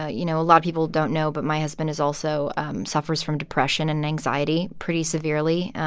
ah you know, a lot of people don't know, but my husband is also suffers from depression and anxiety pretty severely.